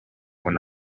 when